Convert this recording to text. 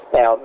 Now